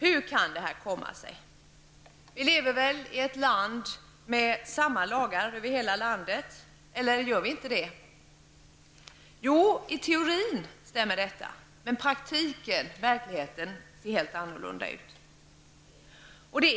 Hur kan det komma sig? Vi lever väl i ett land med samma lagar över hela landet, eller gör vi inte det? Jo, det stämmer i teorin, men praktiken är helt annorlunda.